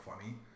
funny